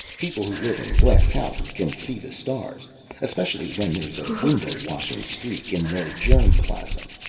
people who live in glass houses can see the stars especially when there's a window-washing streak in their germ-plasm.